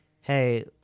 hey